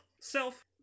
self